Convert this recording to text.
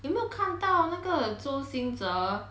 有没有看到那个周兴哲